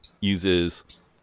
uses